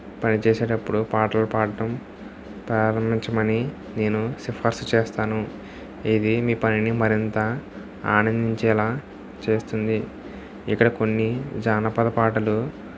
పనిచేసేటప్పుడు పాటలు పాడటం ప్రారంభించమని నేను సిఫార్సు చేస్తాను ఇది మీ పనిని మరింత ఆనందించేలా చేస్తుంది ఇక్కడ కొన్ని జానపద పాటలు